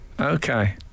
Okay